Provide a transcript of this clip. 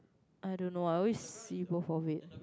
I don't know I always see both of it